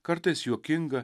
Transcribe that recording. kartais juokinga